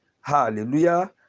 Hallelujah